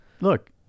look